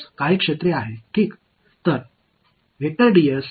இது ஒரு சாதாரண வெக்டர் கூடிய சிறிய இணைப்பு